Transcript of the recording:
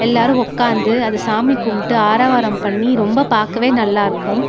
எல்லோரும் உட்காந்து அது சாமி கும்பிட்டு ஆராவாரம் பண்ணி ரொம்ப பார்க்கவே நல்லா இருக்கும்